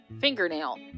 Fingernail